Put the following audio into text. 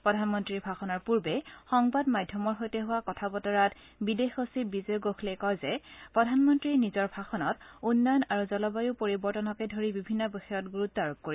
প্ৰধানমন্ত্ৰীৰ ভাষণৰ পূৰ্বে সংবাদ মাধ্যমৰ সৈতে হোৱা কথা বতৰাত বিদেশ সচিব বিজয় গোখলেই কয় যে প্ৰধানমন্ত্ৰীয়ে নিজৰ ভাষণত উন্নয়ন আৰু জলবায়ু পৰিৱৰ্তনকে ধৰি বিভিন্ন বিষয়ত গুৰুত্ আৰোপ কৰিব